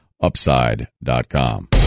Upside.com